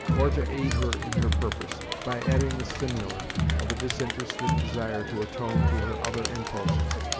or to aid her in her purpose, by adding the stimulant of a disinterested desire to atone to her other impulses,